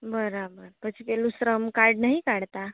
બરાબર પછી પેલું શ્રમ કાર્ડ નહી કાઢતા